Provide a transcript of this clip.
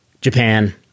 Japan